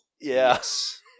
Yes